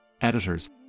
editors